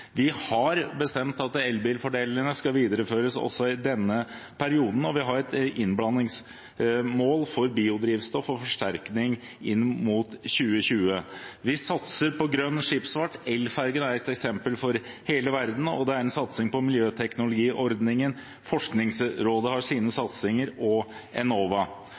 Vi har bestemt at elbilfordelene skal videreføres også i denne perioden, vi har et innblandingsmål for biodrivstoff og forsterkning inn mot 2020, vi satser på grønn skipsfart – elfergen er et eksempel for hele verden – det er en satsing på miljøteknologiordningen, og Forskningsrådet og Enova har sine satsinger. Plast i havet er raskt økende og